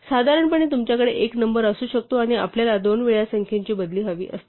साधारणपणे तुमच्याकडे एक नंबर असू शकतो आणि आपल्याला दोन वेळा संख्येची बदली हवी असते